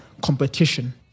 competition